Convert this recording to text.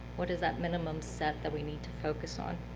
what is that minimum set that we need to focus on?